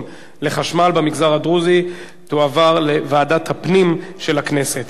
לחשמל במגזר הדרוזי תועבר לוועדת הפנים של הכנסת.